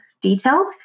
detailed